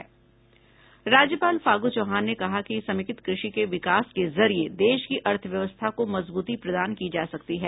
राज्यपाल फागू चौहान ने कहा कि समेकित कृषि के विकास के जरिये देश की अर्थव्यवस्था को मजबूती प्रदान की जा सकती है